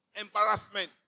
embarrassment